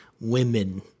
women